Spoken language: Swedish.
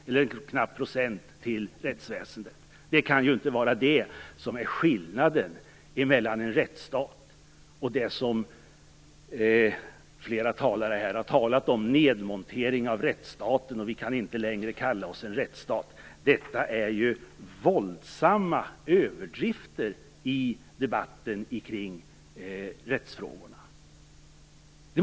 Det kan väl inte vara skillnaden mellan en rättsstat och det som flera talare kallat en nedmontering av rättsstaten? De har sagt att vi inte längre kan kalla oss en rättsstat. Detta är ju våldsamma överdrifter i debatten kring rättsfrågorna!